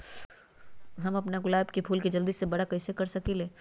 हम अपना गुलाब के फूल के जल्दी से बारा कईसे कर सकिंले?